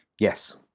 Yes